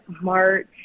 March